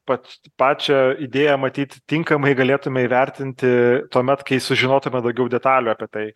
pač pačią idėją matyt tinkamai galėtume įvertinti tuomet kai sužinotume daugiau detalių apie tai